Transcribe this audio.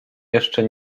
jeszcze